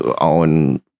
own